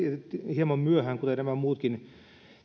hieman myöhään kuten nämä muutkin